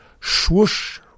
swoosh